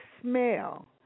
smell